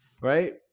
Right